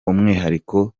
umwihariko